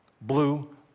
Blue